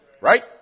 Right